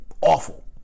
awful